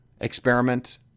experiment